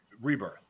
rebirth